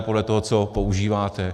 Podle toho, co používáte.